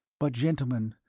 but, gentlemen,